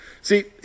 See